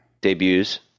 debuts